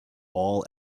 all